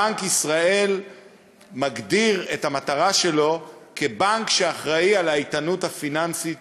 בנק ישראל מגדיר את המטרה שלו כבנק שאחראי לאיתנות הפיננסית